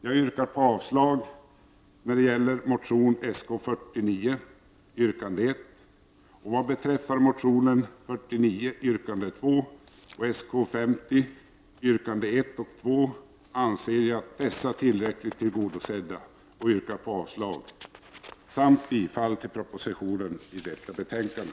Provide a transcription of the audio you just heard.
Jag yrkar avslag på motion Sk49 yrkande 1. Motionerna Sk49 yrkande 2 och Sk50 yrkandena 1 och 2 anser jag tillräckligt tillgodosedda. Jag yrkar därför avslag på motionerna samt bifall till propositionen och hemställan i detta betänkande.